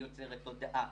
היא יוצרת תודעה.